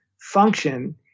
function